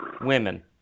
women